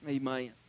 Amen